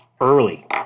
early